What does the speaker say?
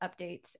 updates